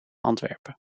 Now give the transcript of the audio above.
antwerpen